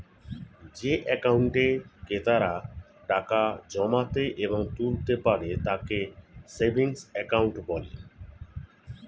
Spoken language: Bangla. যে অ্যাকাউন্টে ক্রেতারা টাকা জমাতে এবং তুলতে পারে তাকে সেভিংস অ্যাকাউন্ট বলে